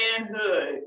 manhood